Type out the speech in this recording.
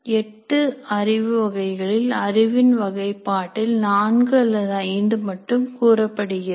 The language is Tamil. எட்டு அறிவு வகைகளில் அறிவின் வகைப்பாட்டில் நான்கு அல்லது ஐந்து மட்டும் கூறப்படுகிறது